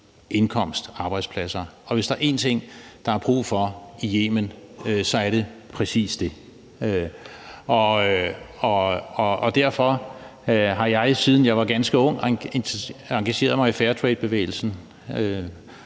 indkomst og arbejdspladser, og hvis der er én ting, som der er brug for, er det præcis dét. Derfor har jeg, siden jeg var ganske ung, engageret mig i fairtradebevægelsen